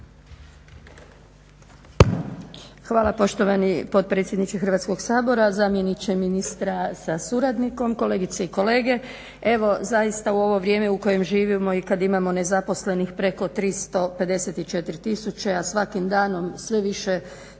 Hvala poštovani potpredsjedniče Hrvatskog sabora. Zamjeniče ministra sa suradnikom, kolegice i kolege. Evo zaista u ovo vrijeme u kojem živimo i kad imamo nezaposlenih preko 354 000, a svakim danom sve više